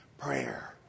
prayer